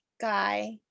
guy